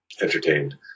entertained